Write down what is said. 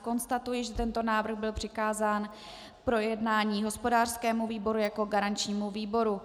Konstatuji, že tento návrh byl přikázán k projednání hospodářskému výboru jako garančnímu výboru.